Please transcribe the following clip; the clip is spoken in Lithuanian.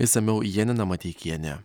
išsamiau janina mateikienė